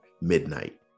midnight